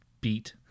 beat